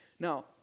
Now